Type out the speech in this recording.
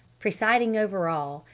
presiding over all,